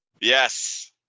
Yes